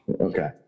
Okay